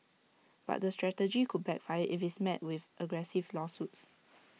but the strategy could backfire if IT is met with aggressive lawsuits